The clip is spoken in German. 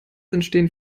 entstehen